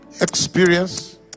experience